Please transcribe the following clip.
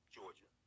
Georgia